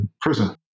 prison